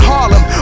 Harlem